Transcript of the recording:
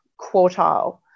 quartile